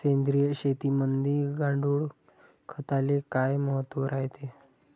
सेंद्रिय शेतीमंदी गांडूळखताले काय महत्त्व रायते?